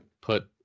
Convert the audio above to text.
put